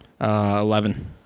Eleven